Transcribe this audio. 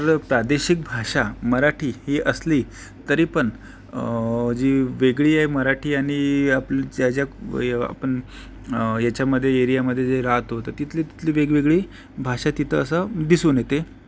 तर प्रादेशिक भाषा मराठी ही असली तरी पण जी वेगळी आहे मराठी आणि आप ज्या ज्या या आपण याच्यामध्ये एरियामध्ये जे राहतो तर तिथली तिथली वेग वेगळी भाषा तिथं असं दिसून येते